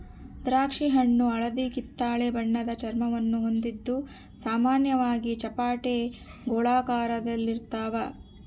ದ್ರಾಕ್ಷಿಹಣ್ಣು ಹಳದಿಕಿತ್ತಳೆ ಬಣ್ಣದ ಚರ್ಮವನ್ನು ಹೊಂದಿದ್ದು ಸಾಮಾನ್ಯವಾಗಿ ಚಪ್ಪಟೆ ಗೋಳಾಕಾರದಲ್ಲಿರ್ತಾವ